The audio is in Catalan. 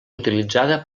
utilitzada